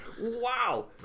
Wow